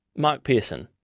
mark pearson.